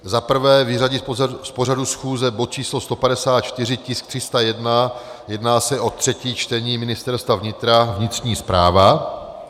Za prvé vyřadit z pořadu schůze bod č. 154, tisk 301, jedná se o třetí čtení Ministerstva vnitra vnitřní správa.